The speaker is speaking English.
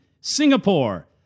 Singapore